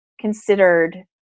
considered